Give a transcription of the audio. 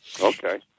okay